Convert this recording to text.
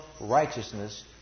righteousness